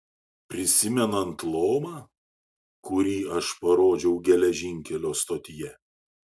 prisimenat lomą kurį aš parodžiau geležinkelio stotyje